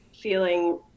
feeling